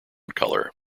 colour